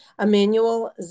Emmanuel